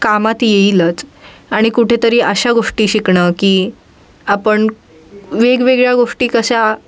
कामात येईलच आणि कुठे तरी अशा गोष्टी शिकणं की आपण वेगवेगळ्या गोष्टी कशा